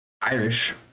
Irish